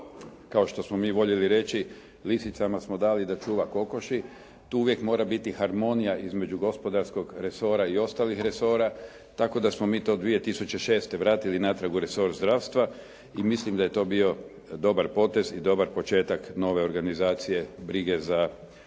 Kao što smo mi voljeli reći lisicama smo dali da čuva kokoši. Tu uvijek mora biti harmonija između gospodarskog resora i ostalih resora, tako da smo mi to 2006. vratili natrag u resor zdravstva i mislim da je to bio dobar potez i dobar početak nove organizacije, brige za zdravlje